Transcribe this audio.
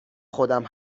خودم